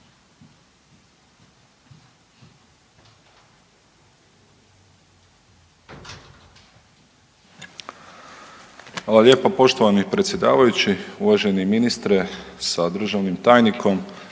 Hvala lijepo poštovani predsjedavajući, uvaženi ministre sa državnim tajnikom,